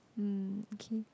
mm) okay